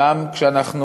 גם כשאנחנו